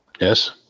Yes